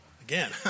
Again